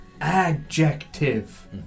Adjective